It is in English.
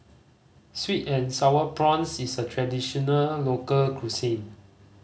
sweet and Sour Prawns is a traditional local cuisine